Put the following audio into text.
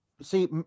See